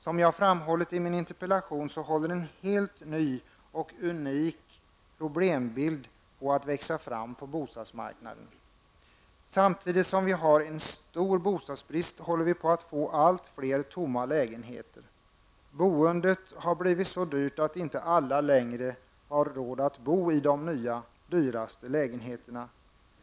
Som jag har framhållit i min interpellation håller en helt ny och unik problembild på att växa fram på bostadsmarknaden. Samtidigt som vi har stor bostadsbrist börjar vi få allt fler tomma lägenheter. Boendet har blivit så dyrt att inte alla längre har råd att bo i de nya dyraste lägenheterna.